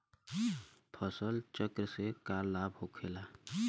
फसल चक्र से का लाभ होखेला?